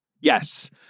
Yes